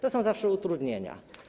To są zawsze utrudnienia.